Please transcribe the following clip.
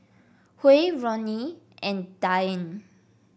Huy Roni and Dayne